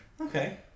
Okay